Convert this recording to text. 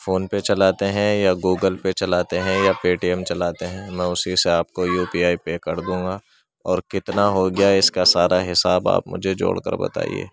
phone پے چلاتے ہیں یا گوگل پے چلاتے ہیں یا پے ٹی ایم چلاتے ہیں میں اسی سے آپ کو یو پی آئی پے کر دوں گا اور کتنا ہو گیا ہے اس کا سارا حساب آپ مجھے جوڑ کر بتائیے